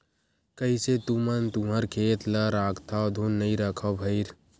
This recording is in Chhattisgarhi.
कइसे तुमन तुँहर खेत ल राखथँव धुन नइ रखव भइर?